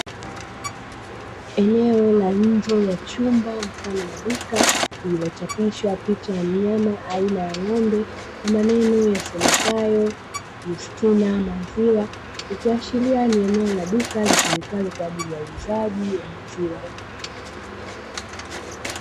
Eneo la nje ya chumba mfano wa duka lililochapishwa picha ya mnyama aina ya ng'ombe na maneno yasomekayo Yustina maziwa, ikiashiria ni eneo la duka litumikalo kwa ajili ya uuzaji wa maziwa.